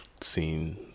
seen